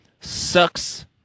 sucks